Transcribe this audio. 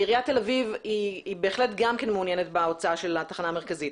עיריית תל אביב היא בהחלט גם כן מעוניינת בהוצאה של התחנה המרכזית.